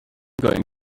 going